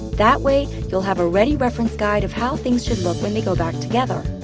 that way, you'll have a ready reference guide of how things should look when they go back together.